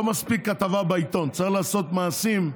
לא מספיק כתבה בעיתון, צריך לעשות מעשים,